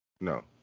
no